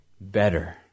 better